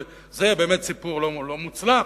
זה באמת סיפור לא מוצלח,